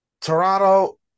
Toronto